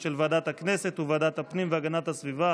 של ועדת הכנסת וועדת הפנים והגנת הסביבה